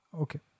Okay